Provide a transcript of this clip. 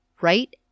right